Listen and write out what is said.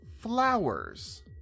flowers